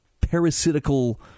parasitical